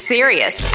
Serious